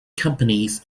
companies